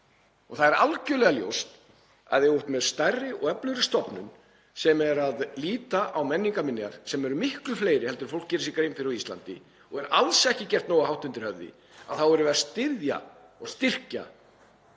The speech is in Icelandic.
og það er algerlega ljóst að ef þú ert með stærri og öflugri stofnun sem er að líta á menningarminjar, sem eru miklu fleiri heldur en fólk gerir sér grein fyrir á Íslandi og er alls ekki gert nógu hátt undir höfði, þá erum við að styðja og styrkja